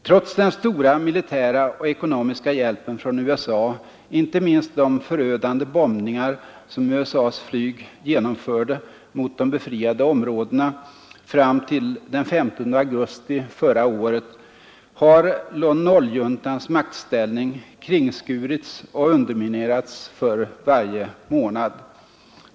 Trots den stora militära och ekonomiska hjälpen från USA, inte minst de förödande bombningar som USA:s flyg genomförde mot de befriade områdena fram till den 15 augusti förra året, har Lon Nol-juntans maktställning kringskurits och underminerats för varje månad.